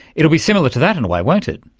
it will be similar to that, in a way, won't it.